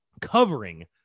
covering